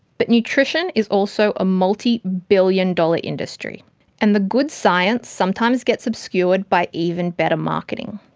but nutrition is also a multibillion dollar industry and the good science sometimes gets obscured by even better marketing.